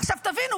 עכשיו תבינו,